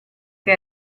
che